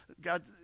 God